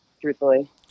truthfully